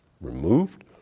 removed